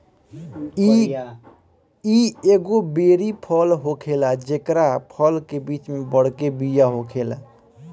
इ एगो बेरी फल होखेला जेकरा फल के बीच में बड़के बिया होखेला